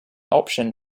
option